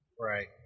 Right